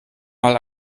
mal